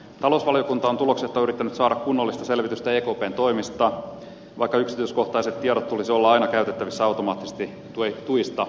talousvaliokunta on tuloksetta yrittänyt saada kunnollista selvitystä ekpn toimista vaikka yksityiskohtaisten tietojen tulisi olla aina käytettävissä automaattisesti tuista päätettäessä